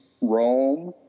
Rome